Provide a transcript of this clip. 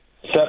set